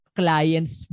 clients